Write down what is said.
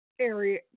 area